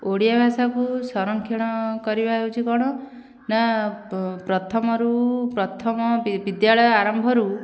ଓଡ଼ିଆ ଭାଷାକୁ ସଂରକ୍ଷଣ କରିବା ହେଉଛି କ'ଣ ନା ପ୍ରଥମରୁ ପ୍ରଥମ ବିଦ୍ୟାଳୟ ଆରମ୍ଭରୁ